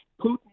Putin